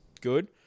Good